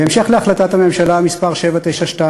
בהמשך להחלטת הממשלה מס' 792,